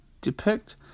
depict